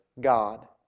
God